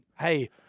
Hey